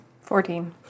Fourteen